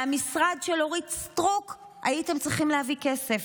מהמשרד של אורית סטרוק הייתם צריכים להביא כסף.